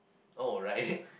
oh right